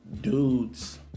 dudes